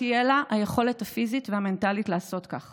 תהיה לה היכולת הפיזית והמנטלית לעשות כך,